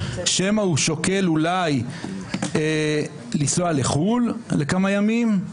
שמא הוא שוקל אולי לנסוע לחו"ל לכמה ימים.